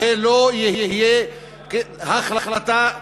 זה לא יהיה החלטה,